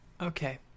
okay